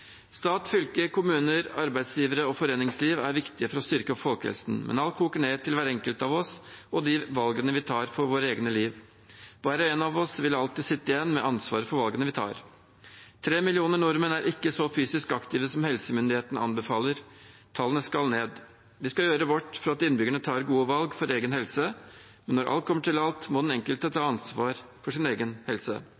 Stat, fylke, kommuner, arbeidsgivere og foreningsliv er viktig for å styrke folkehelsen. Men alt koker ned til hver enkelt av oss og de valgene vi tar for vårt eget liv. Hver og en av oss vil alltid sitte igjen med ansvaret for valgene vi tar. Tre millioner nordmenn er ikke så fysisk aktive som helsemyndighetene anbefaler. Tallene skal ned. Vi skal gjøre vårt for at innbyggerne tar gode valg for egen helse, men når alt kommer til alt må den enkelte ta